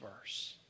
verse